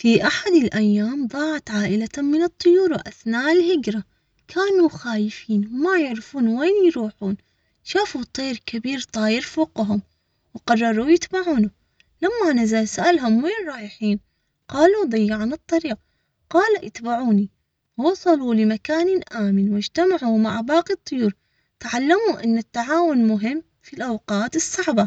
في أحد الأيام، ضاعت عائلة من الطيور، وأثناء الهجرة كانوا خايفين ما يعرفون وين يروحون، شافوا طير كبير طاير فوقهم، وقرروا يتبعونه لما نزل، سألهم وين رايحين؟ قالوا ضيعنا الطريق، قال اتبعوني، وصلوا لمكان آمن واجتمعوا معًا.